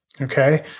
okay